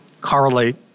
correlate